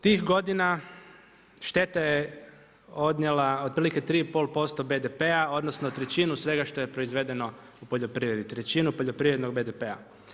Tih godina šteta je odnijela otprilike 3,5% BDP-a odnosno trećinu svega što je proizvedeno u poljoprivredi, trećinu poljoprivrednog BDP-a.